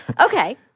Okay